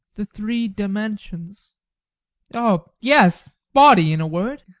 the three dimensions oh yes, body, in a word!